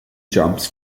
jumps